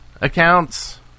accounts